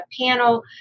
panel